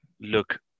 Look